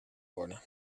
worden